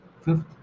fifth